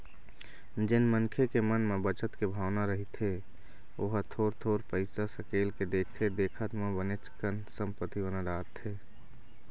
जेन मनखे के मन म बचत के भावना रहिथे ओहा थोर थोर पइसा सकेल के देखथे देखत म बनेच कन संपत्ति बना डारथे